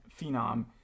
phenom